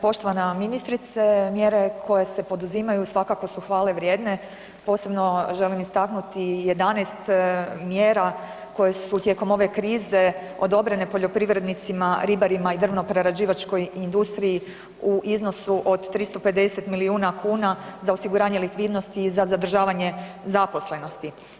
Poštovana ministrice, mjere koje se poduzimaju svakako su hvale vrijedne, posebno želim istaknuti 11 mjera koje su tijekom ove krize odobrene poljoprivrednicima, ribarima i drvno prerađivačkoj industriji u iznosu od 350 milijuna kuna za osiguranje likvidnosti i za zadržavanje zaposlenosti.